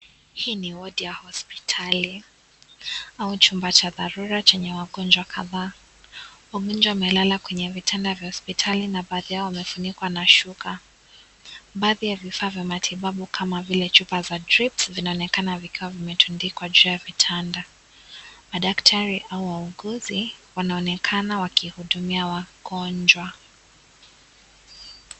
Hii ni wodi ya hospitali au chumba cha dharura chenye wagonjwa kadhaa. Wagonjwa wamelala kwenye vitanda vya hospitali na baadhi yao wamefunikwa na shuka, baadhi ya vifaa vya matibabu kama vile chupa za drips vinaonekana vikiwa vimetundikwa juu ya vitanda. Madaktari au wauguzi wanaonekana wakihudumia wagonjwa.